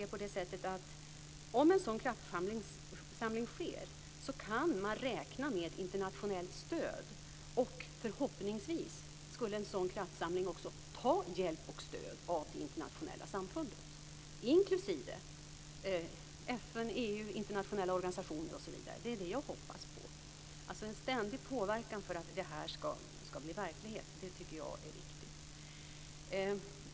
Om en sådan kraftsamling sker kan man räkna med internationellt stöd. Förhoppningsvis skulle en sådan kraftsamling ta hjälp och stöd av det internationella samfundet inklusive FN, EU, internationella organisationer osv. Det är det jag hoppas på. Jag tycker att en ständig påverkan för att det skall bli verklighet är viktigt.